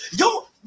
Yo